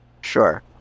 Sure